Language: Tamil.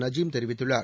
நஜீம் தெரிவித்துள்ளார்